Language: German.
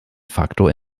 faktor